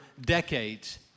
decades